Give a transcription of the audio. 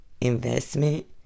investment